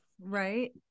right